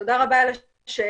תודה רבה על השאלה,